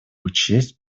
учесть